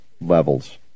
levels